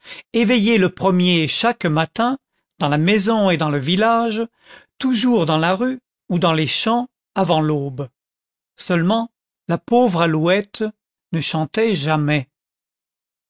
éveillé le premier chaque matin dans la maison et dans le village toujours dans la rue ou dans les champs avant l'aube seulement la pauvre alouette ne chantait jamais